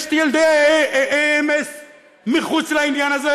יש את ילדי MSA מחוץ לעניין הזה,